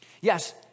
Yes